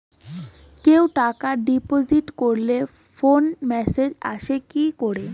কেউ টাকা ডিপোজিট করলে ফোনে মেসেজ আসেনা কি করবো?